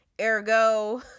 Ergo